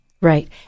Right